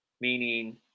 Meaning